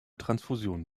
transfusionen